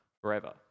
forever